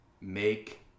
make